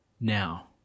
Now